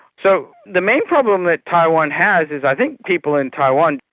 so the main problem that taiwan has is i think people in taiwan,